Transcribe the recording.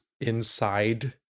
inside